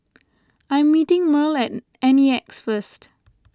I am meeting Merl at N E X first